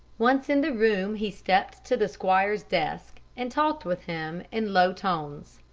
once in the room, he stepped to the squire's desk, and talked with him in low tones.